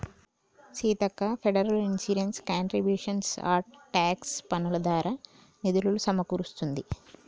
Seethakka federal insurance contributions act tax పన్నులు దారా నిధులులు సమకూరుస్తుంది